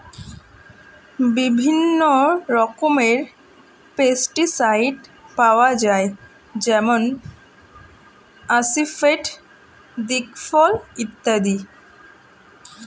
বিভিন্ন রকমের পেস্টিসাইড পাওয়া যায় যেমন আসিফেট, দিকফল ইত্যাদি